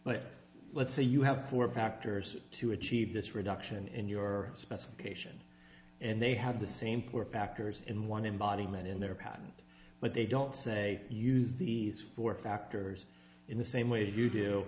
but let's say you have four factors to achieve this reduction in your specification and they have the same poor factors in one embodiment in their patent but they don't say use these four factors in the same way if you do